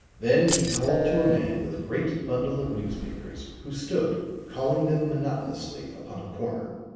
then he called to a man with a great bundle of newspapers who stood calling them monotonously upon a corner.